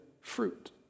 fruit